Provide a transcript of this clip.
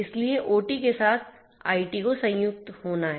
इसलिए ओटी के साथ आईटी को संयुक्त होना है